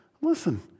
listen